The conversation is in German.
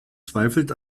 zweifelt